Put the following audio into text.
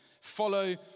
Follow